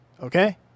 Okay